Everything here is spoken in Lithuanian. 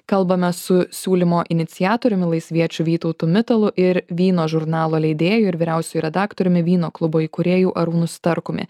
kalbame su siūlymo iniciatoriumi laisviečiu vytautu mitalu ir vyno žurnalo leidėju ir vyriausiuoju redaktoriumi vyno klubo įkūrėju arūnu starkumi